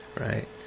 Right